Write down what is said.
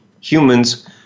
humans